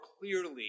clearly